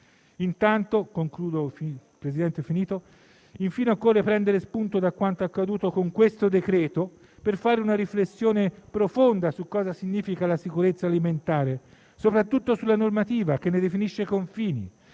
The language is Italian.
qualità e sicurezza alimentare. Infine, occorre prendere spunto da quanto accaduto con questo provvedimento per fare una riflessione profonda su cosa significhi la sicurezza alimentare e soprattutto sulla normativa che ne definisce confini,